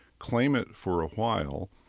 claim it for a while,